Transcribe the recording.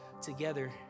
together